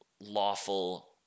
lawful